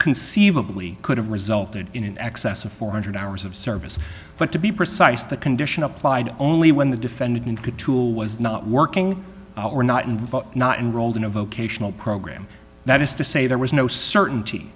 conceivably could have resulted in an excess of four hundred hours of service but to be precise the condition applied only when the defendant could tool was not working or not and not enrolled in a vocational program that is to say there was no certainty